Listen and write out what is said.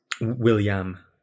William